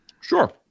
Sure